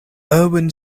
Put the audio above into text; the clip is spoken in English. erwin